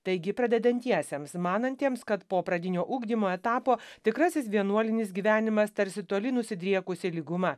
taigi pradedantiesiems manantiems kad po pradinio ugdymo etapo tikrasis vienuolinis gyvenimas tarsi toli nusidriekusi lyguma